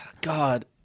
God